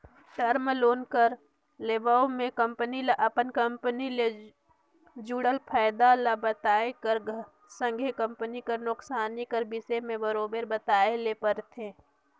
term loan कर लेवब में कंपनी ल अपन कंपनी ले जुड़ल फयदा ल बताए कर संघे कंपनी कर नोसकानी कर बिसे में बरोबेर बताए ले परथे